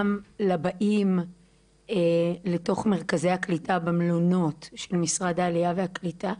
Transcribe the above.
גם לבאים לתוך מרכזי הקליטה במלונות של משרד העלייה והקליטה,